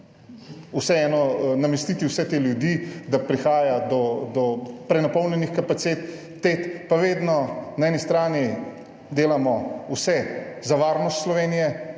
vseeno namestiti vse te ljudi, da prihaja do prenapolnjenih kapacitet TET, pa vedno na eni strani delamo vse za varnost Slovenije